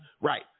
Right